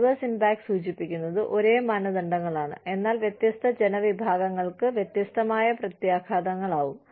adverse impact സൂചിപ്പിക്കുന്നത് ഒരേ മാനദണ്ഡങ്ങളാണ് എന്നാൽ വ്യത്യസ്ത ജനവിഭാഗങ്ങൾക്ക് വ്യത്യസ്തമായ പ്രത്യാഘാതങ്ങളാവും